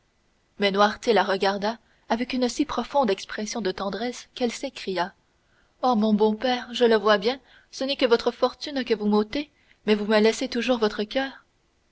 noirtier la regarda avec une si profonde expression de tendresse qu'elle s'écria oh mon bon père je le vois bien ce n'est que votre fortune que vous m'ôtez mais vous me laissez toujours votre coeur